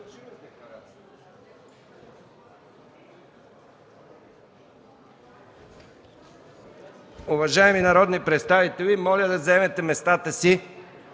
Уважаеми народни представители, моля да заемете местата си.